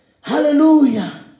hallelujah